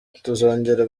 tuzongera